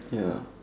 ya